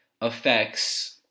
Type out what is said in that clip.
affects